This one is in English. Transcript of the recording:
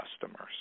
customers